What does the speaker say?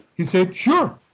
he said, sure.